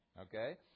okay